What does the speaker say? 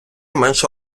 менше